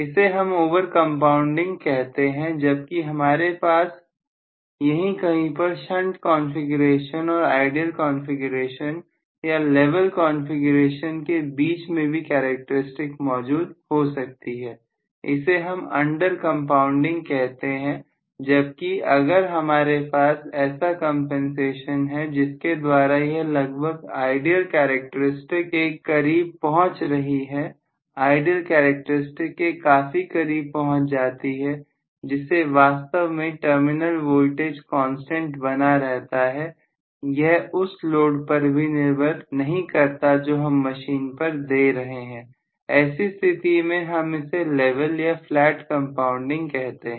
इसे हम over compounding कहेंगे जबकि हमारे पास यहीं कहीं पर शंट कॉन्फ़िगरेशन और आइडियल कॉन्फ़िगरेशन या लेवल कॉन्फ़िगरेशन के बीच में भी कैरेक्टरिस्टिक मौजूद हो सकती हैइसे हम अंडर कंपाउंडिंग कहेंगे जब कि अगर हमारे पास ऐसा कंपनसेशन है जिसके द्वारा यह लगभग आइडियल कैरेक्टर स्टिक के करीब पहुंच रही है आइडियल कैरेक्टरिस्टिक के काफी करीब पहुंच जाती है जिससे वास्तव में टर्मिनल वोल्टेज कांस्टेंट बना रहता है यह उस लोड पर भी निर्भर नहीं करता जो हम मशीन पर दे रहे हैं ऐसी स्थिति में हम इसे लेवल या फ्लैट कंपाउंडिंग कहते हैं